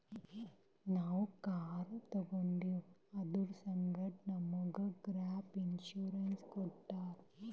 ನಾವ್ ಕಾರ್ ತೊಂಡಿವ್ ಅದುರ್ ಸಂಗಾಟೆ ನಮುಗ್ ಗ್ಯಾಪ್ ಇನ್ಸೂರೆನ್ಸ್ ಕೊಟ್ಟಾರ್